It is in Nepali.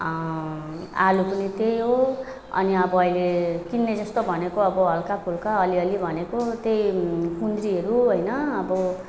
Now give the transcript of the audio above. आलु पनि त्यही हो अनि अब अहिले किन्ने जस्तो भनेको अब हल्काफुल्का अलिअलि भनेको त्यही कुन्द्रीहरू होइन अब